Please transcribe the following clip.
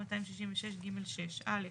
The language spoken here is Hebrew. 266ג6. (א)